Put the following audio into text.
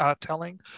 telling